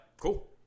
Cool